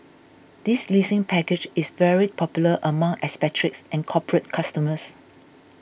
this leasing package is very popular among expatriates and corporate customers